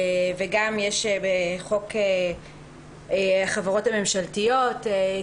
וגם יש בחוק החברות הממשלתיות.